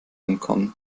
entkommen